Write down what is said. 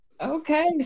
Okay